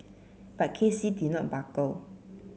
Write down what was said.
but K C did not buckle